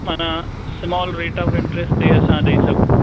माना small rate of interest ते असां ॾेई सघूं